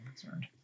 concerned